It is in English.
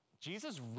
Jesus